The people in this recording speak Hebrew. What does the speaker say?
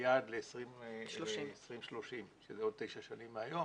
היעד ל-2030 שזה עוד תשע שנים מהיום.